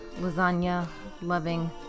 lasagna-loving